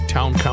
Town